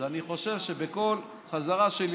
אז אני חושב שבכל חזרה שלי